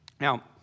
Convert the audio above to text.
Now